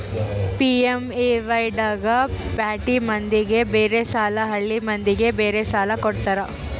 PMAY ದಾಗ ಪ್ಯಾಟಿ ಮಂದಿಗ ಬೇರೆ ಸಾಲ ಹಳ್ಳಿ ಮಂದಿಗೆ ಬೇರೆ ಸಾಲ ಕೊಡ್ತಾರ